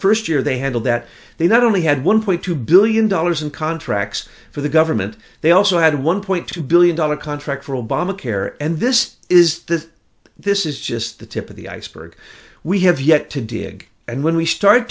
first year they had all that they not only had one point two billion dollars in contracts for the government they also had one point two billion dollars contract for obamacare and this is this this is just the tip of the iceberg we have yet to dig and when we started